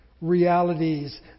realities